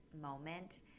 moment